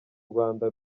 rwanda